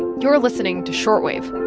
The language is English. you're listening to short wave